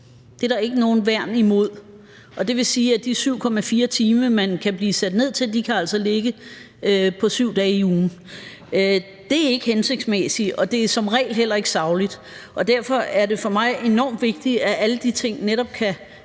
Det er der ikke noget værn imod, og det vil sige, at de 7,4 timer, som man kan blive sat ned til, kan ligge på 7 dage i ugen. Det er ikke hensigtsmæssigt, og det er som regel heller ikke sagligt. Derfor er det for mig enormt vigtigt, at alle de ting netop kan